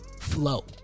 Flow